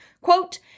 Quote